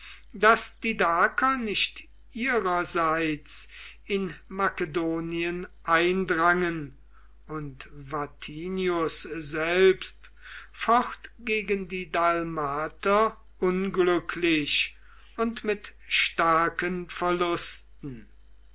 daß die daker nicht ihrerseits in makedonien eindrangen und vatinius selbst focht gegen die dalmater unglücklich und mit starken verlusten